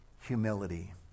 humility